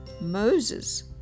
Moses